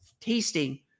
tasting